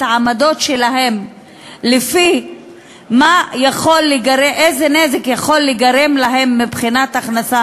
העמדות שלהם לפי איזה נזק יכול להיגרם להם מבחינת הכנסה,